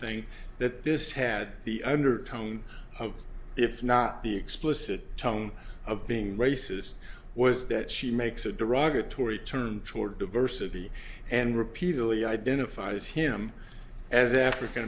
thing that this had the undertone of if not the explicit tongue of being racist was that she makes a derogatory term toward diversity and repeatedly identifies him as african